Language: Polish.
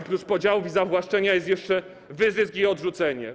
Oprócz podziałów i zawłaszczenia jest jeszcze wyzysk i odrzucenie.